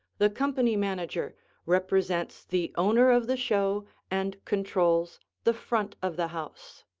the company manager represents the owner of the show and controls the front of the house.